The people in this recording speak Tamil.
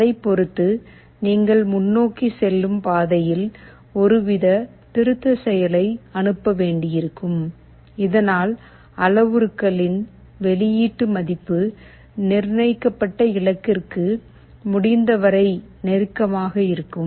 அதைப் பொறுத்து நீங்கள் முன்னோக்கி செல்லும் பாதையில் ஒருவித திருத்தச் செயலை அனுப்ப வேண்டியிருக்கும் இதனால் அளவுருக்களின் வெளியீட்டு மதிப்பு நிர்ணயிக்கப்பட்ட இலக்கிற்கு முடிந்தவரை நெருக்கமாக இருக்கும்